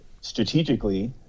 Strategically